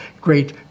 great